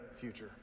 future